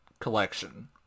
collection